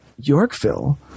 Yorkville